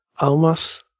Almas